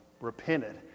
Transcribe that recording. repented